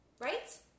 right